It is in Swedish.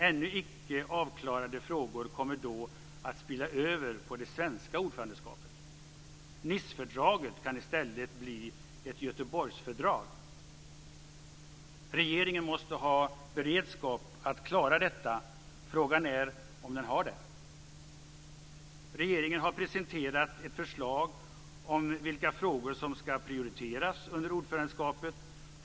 Ännu icke avklarade frågor kommer då att spilla över på det svenska ordförandeskapet. Nicefördraget kan i stället bli ett Göteborgsfördrag. Regeringen måste ha beredskap för att klara detta. Frågan är om den har det. Regeringen har presenterat ett förslag om vilka frågor som ska prioriteras under ordförandeskapet.